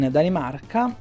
Danimarca